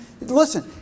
Listen